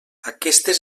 aquestes